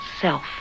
self